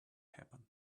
happen